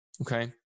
Okay